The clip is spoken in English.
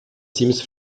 seems